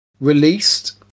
released